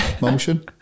motion